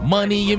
Money